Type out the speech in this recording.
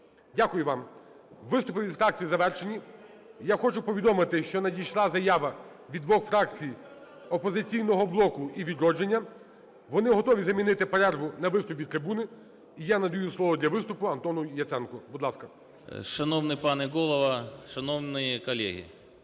Дякую вам. Виступи від фракцій завершені. Я хочу повідомити, що надійшла заява від двох фракцій – "Опозиційного блоку" і "Відродження". Вони готові замінити перерву на виступ від трибуни. І я надаю слово для виступу Антону Яценку. Будь ласка. 13:01:21 ЯЦЕНКО А.В. Шановний пане Голово! Шановні колеги!